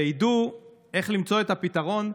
וידעו איך למצוא את הפתרון,